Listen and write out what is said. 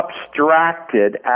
abstracted